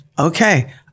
Okay